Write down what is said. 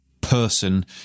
person